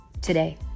today